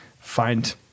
find